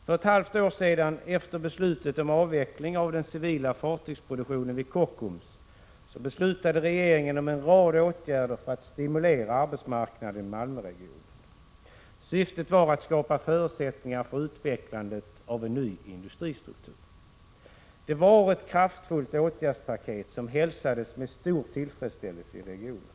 För ett halvt år sedan, efter beslutet Prot. 1986/87:49 om avveckling av den civila fartygsproduktionen vid Kockums, beslutade 15 december 1986 regeringen om en rad åtgärder för att stimulera arbetsmarknaden i Malmöre = Que gionen. Syftet var att skapa förutsättningar för utvecklandet av en ny industristruktur. Det var ett kraftfullt åtgärdspaket, som hälsades med stor tillfredsställelse i regionen.